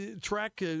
track